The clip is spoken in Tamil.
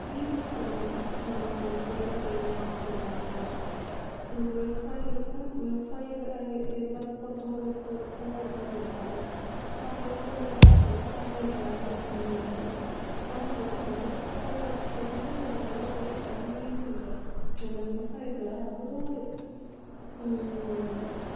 இரும்பு சம்பந்தமாக தொழில் செய்யணும்னு ஆசைப்படுவாங்க இது விவசாயிகளுக்கும் விவசாயில் இருக்கிறதுக்கு ஒருத்தவங்களுக்கு விருப்பம் இருக்கும் விருப்பம் இருக்காது ஆனால் விருப்பம் இல்லாமல் விவசாயம் யாருமே இருக்க முடியாது ஆனால் விவ விவசாயத்தை விட ஒரு நல்ல தொழில் எங்கேயுமே இல்லை அந்த விவசாயத்தில் அவ்வளோ ஒரு